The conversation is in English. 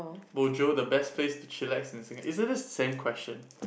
bo jio the best place to chillax in Singa~ isn't this the same question